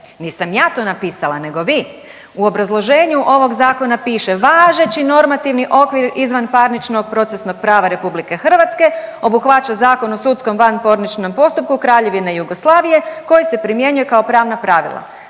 nisam ja to napisala nego vi. U obrazloženju ovog Zakona piše, važeći normativni okvir izvanparničnog procesnog prava RH obuhvaća Zakon o sudskom vanporničnom postupku Kraljevine Jugoslavije koji se primjenjuje kao pravna pravila.